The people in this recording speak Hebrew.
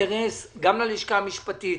אינטרס גם ללשכה המשפטית,